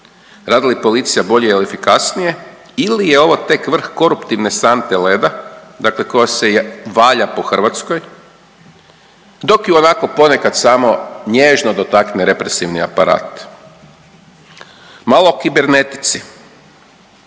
radi li policija bolje i efikasnije ili je ovo tek vrh koruptivne sante leda dakle koja se valja po Hrvatskoj dok ju onako ponekad nježno dotakne represivni aparat? Malo o kibernetici.